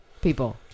people